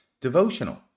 devotional